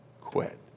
quit